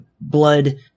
Blood